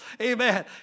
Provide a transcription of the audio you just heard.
Amen